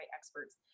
experts